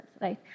right